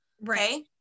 right